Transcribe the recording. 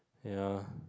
ya